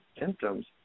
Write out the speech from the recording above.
symptoms